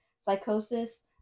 psychosis